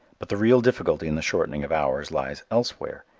but the real difficulty in the shortening of hours lies elsewhere.